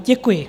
Děkuji.